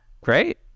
great